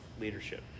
leadership